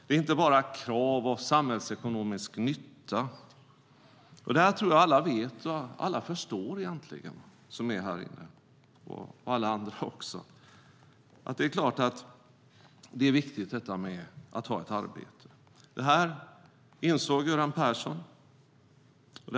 Det är inte bara krav och samhällsekonomisk nytta. Jag tror att alla här inne, och alla andra också, vet och förstår att det är viktigt att ha ett arbete. Göran Persson insåg det.